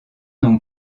non